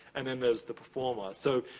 and then there's the performer. so,